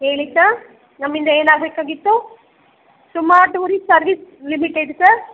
ಹೇಳಿ ಸ ನಮ್ಮಿಂದ ಏನಾಗಬೇಕಾಗಿತ್ತು Suma tourist service limited sir